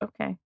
okay